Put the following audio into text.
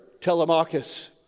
Telemachus